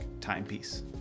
timepiece